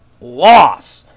loss